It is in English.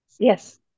Yes